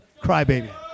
Crybaby